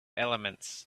elements